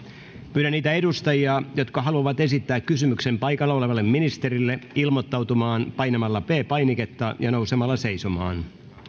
pyydän niitä edustajia jotka haluavat esittää kysymyksen paikalla olevalle ministerille ilmoittautumaan painamalla p painiketta ja nousemalla seisomaan